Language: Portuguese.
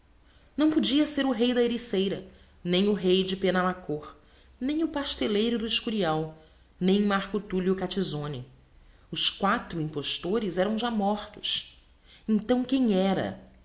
não podia ser o rei da ericeira nem o rei de penamacor nem o pasteleiro do escurial nem marco tullio catizone os quatros impostores eram já mortos então quem era